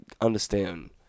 understand